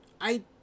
I